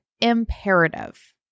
imperative